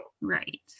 Right